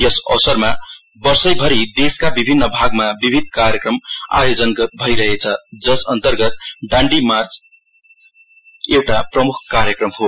यस अवसरमा वर्षैभरि देशका विभिन्न भागमा विविध कार्यक्रममा आयोजन भइरहेछ यस अन्तर्गत डाण्डी यात्रा एउटा प्रमुख कार्यक्रम हो